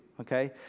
Okay